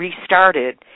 restarted